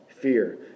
fear